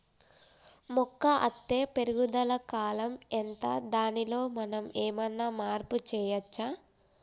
మొక్క అత్తే పెరుగుదల కాలం ఎంత దానిలో మనం ఏమన్నా మార్పు చేయచ్చా?